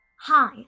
Hi